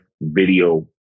video